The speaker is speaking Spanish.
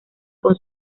con